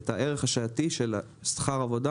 את הערך השעתי של שכר העבודה